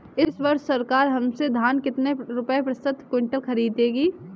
इस वर्ष सरकार हमसे धान कितने रुपए प्रति क्विंटल खरीदेगी?